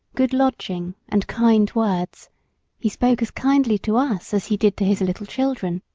good lodging, and kind words he spoke as kindly to us as he did to his little children.